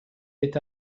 est